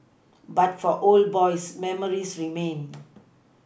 but for old boys memories remain